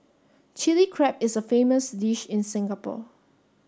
Chilli Crab is a famous dish in Singapore